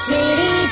City